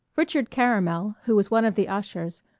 richard caramel, who was one of the ushers,